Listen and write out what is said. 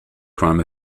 crime